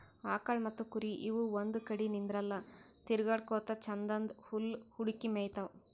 ಆಕಳ್ ಮತ್ತ್ ಕುರಿ ಇವ್ ಒಂದ್ ಕಡಿ ನಿಂದ್ರಲ್ಲಾ ತಿರ್ಗಾಡಕೋತ್ ಛಂದನ್ದ್ ಹುಲ್ಲ್ ಹುಡುಕಿ ಮೇಯ್ತಾವ್